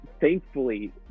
thankfully